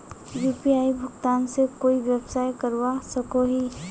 UPI भुगतान से कोई व्यवसाय करवा सकोहो ही?